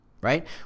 right